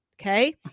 Okay